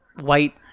white